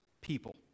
people